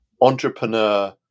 entrepreneur